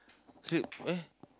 sleep eh